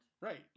right